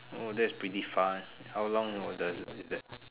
oh that's pretty fast how long does is that